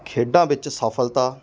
ਖੇਡਾਂ ਵਿੱਚ ਸਫਲਤਾ